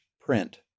print